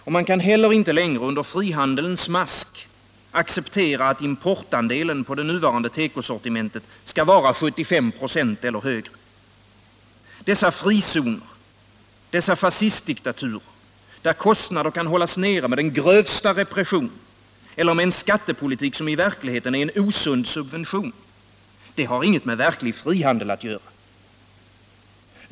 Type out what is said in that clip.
Och man kan heller inte längre under frihandelns mask acceptera att importandelen på det nuvarande tekosortimentet skall vara 75 96 eller högre. Dessa frizoner, dessa fascistdiktaturer — där kostnader kan hållas nere med den grövsta repression eller med en skattepolitik som i verkligheten är en osund subvention —de har inget med verklig frihandel att göra.